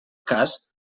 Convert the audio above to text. cas